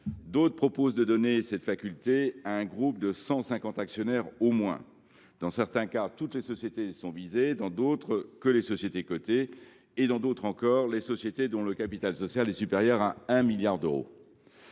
D’autres proposent de donner cette faculté à un groupe de 150 actionnaires au moins. Dans certains cas, toutes les sociétés sont visées, dans d’autres uniquement les sociétés cotées, dans d’autres encore celles dont le capital social est supérieur à 1 milliard d’euros.